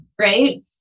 right